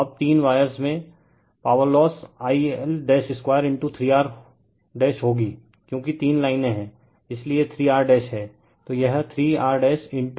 तो अब तीन वायर्स में power loss I L2 3 R होगी क्योंकि तीन लाइनें हैं इसलिए 3 Rहैं